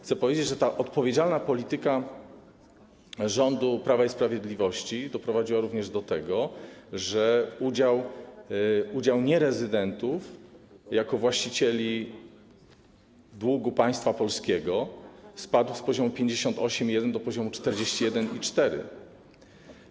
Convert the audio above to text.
Chcę powiedzieć, że ta odpowiedzialna polityka rządu Prawa i Sprawiedliwości doprowadziła również do tego, że udział nierezydentów jako właścicieli długu państwa polskiego spadł z poziomu 58,1% do poziomu 41,4%.